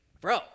bro